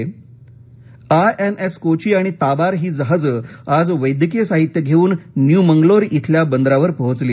मदत I N S Kochi आणि ताबार ही जहाजं आज वैद्यकीय साहित्य घेऊन न्यू मंगलोर इथल्या बंदरावर पोहोचली